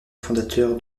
fondateur